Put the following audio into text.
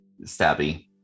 Stabby